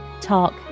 talk